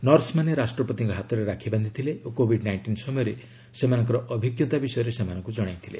ନର୍ସମାନେ ରାଷ୍ଟ୍ରପତିଙ୍କ ହାତରେ ରାକ୍ଷୀ ବାନ୍ଧିଥିଲେ ଓ କୋଭିଡ୍ ନାଇଷ୍ଟିନ୍ ସମୟରେ ସେମାନଙ୍କର ଅଭିଜ୍ଞତା ବିଷୟରେ ସେମାନଙ୍କୁ ଜଣାଇଥିଲେ